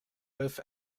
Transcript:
with